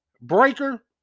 Breaker